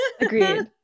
agreed